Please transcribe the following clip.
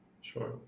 Sure